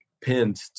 pinned